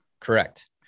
Correct